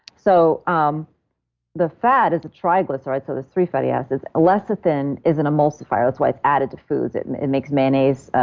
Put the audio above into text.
so um the fat is a triglyceride so there's three fatty acids. lecithin is an emulsifier. that's why it's added to foods. it and it makes mayonnaise. ah